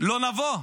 לא נבוא.